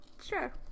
Sure